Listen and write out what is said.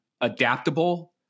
adaptable